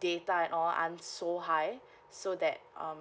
data and all aren't so high so that um